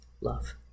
Love